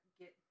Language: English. get